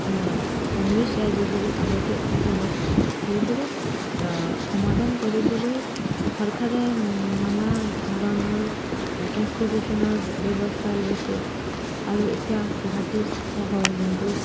সমস্যা যিবোৰ আগতে আছিলে সেইবোৰক সমাধান কৰিবলৈ চৰকাৰে নানা ধৰণৰ ট্ৰেন্সপৰ্টেশ্যনৰ ব্যৱস্থা লৈছে আৰু এতিয়া গুৱাহাটী চহৰ যোনটো